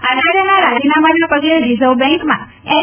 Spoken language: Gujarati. આયાર્યના રાજીનામાંના પગલે રિઝર્વ બેંકમાં એન